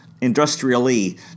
Industrially